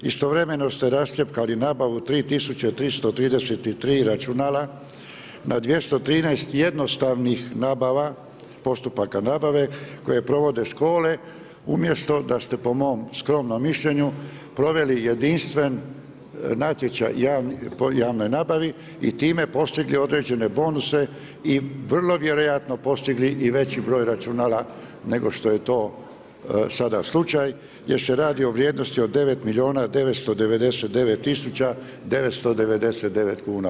Istovremeno ste rascjepkali nabavu 3333 računala na 213 jednostavnih nabava, postupaka nabave koje provode škole umjesto da ste po mom skromnom mišljenju proveli jedinstven natječaj po javnoj nabavi i time postigli određene bonuse i vrlo vjerojatno postigli i veći broj računala nego što je to sada slučaj jer se radi o vrijednosti od 9 milijuna 999 tisuća 999 kuna.